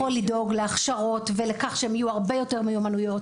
יכול לדאוג להכשרות ולכך שיהיו הרבה יותר מיומנויות